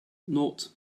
not